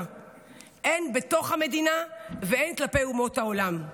הן בתוך המדינה והן כלפי אומות העולם?